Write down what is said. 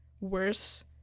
worse